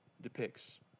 depicts